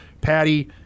Patty